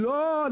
לא,